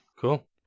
cool